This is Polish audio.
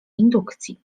indukcji